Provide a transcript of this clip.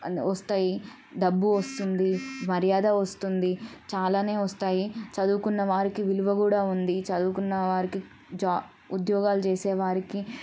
వస్తాయి డబ్బు వస్తుంది మర్యాద వస్తుంది చాలానే వస్తాయి చదువుకున్నవారికి విలువ కూడా ఉంది చదువుకున్న వారికి జా ఉద్యోగాలు చేసే వారికి